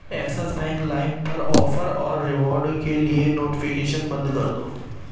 Axis bank لائم پر offer اور ریوارڈ کے لیے نوٹیفیکیشن بند کر دو